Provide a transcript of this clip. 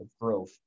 growth